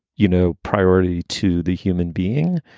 you know, priority to the human being.